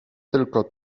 tylko